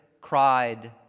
cried